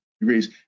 degrees